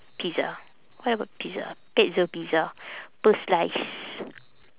pizza what about pizza pezzo pizza per slice